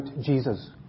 Jesus